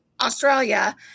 Australia